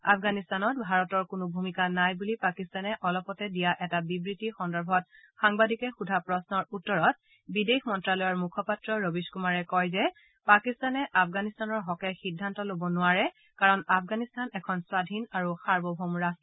আফগানিস্তানত ভাৰতৰ কোনো ভুমিকা নাই বুলি পাকিস্তানে অলপতে দিয়া এটা বিবৃতি সন্দৰ্ভত সাংসাদিকে সোধা প্ৰশ্নৰ উত্তৰত বিদেশ মন্ত্যালয়ৰ মুখপাত্ৰ ৰৱীশ কুমাৰ কয় যে পাকিস্তানে আফগানিস্তানৰ হকে সিদ্ধান্ত ল'ব নোৱাৰে কাৰণ আফগানিস্তান এখন স্বধীন আৰু সাৰ্বভৌম ৰাষ্ট